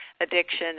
addiction